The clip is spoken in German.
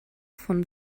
von